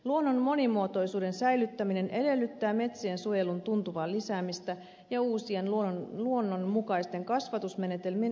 luonnon monimuotoisuuden säilyttäminen edellyttää metsien suojelun tuntuvaa lisäämistä ja uusien luonnonmukaisten kasvatusmenetelmien edistämistä